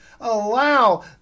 allow